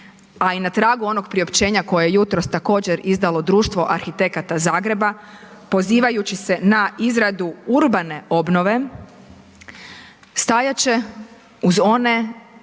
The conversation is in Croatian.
a i na tragu onog priopćenja koje je jutros također izdalo Društvo arhitekata Zagreba pozivajući se na izradu urbane obnove stajat će uz one